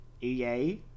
EA